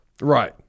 Right